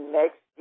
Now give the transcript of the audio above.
next